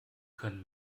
können